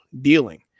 dealing